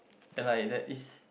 and I that is